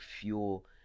fuel